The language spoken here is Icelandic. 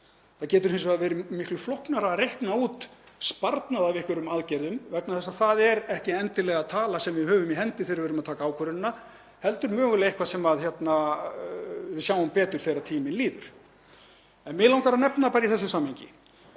Það getur hins vegar verið miklu flóknara að reikna út sparnað af einhverjum aðgerðum vegna þess að það er ekki endilega tala sem við höfum í hendi þegar við erum að taka ákvörðunina heldur mögulega eitthvað sem við sjáum betur þegar tíminn líður. Ímyndum okkur í þessu samhengi